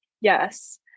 Yes